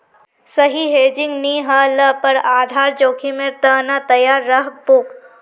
सही हेजिंग नी ह ल पर आधार जोखीमेर त न तैयार रह बो